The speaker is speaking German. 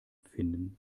finden